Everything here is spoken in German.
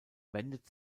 wendet